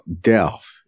death